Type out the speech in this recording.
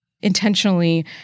intentionally